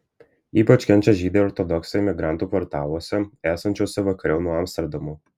ypač kenčia žydai ortodoksai imigrantų kvartaluose esančiuose vakariau nuo amsterdamo